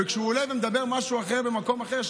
הוא עולה ומדבר משהו אחר במקום אחר.